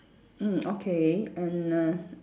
mm okay and err